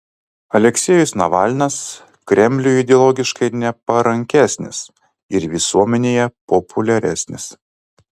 aleksejus navalnas kremliui ideologiškai neparankesnis ir visuomenėje populiaresnis